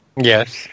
yes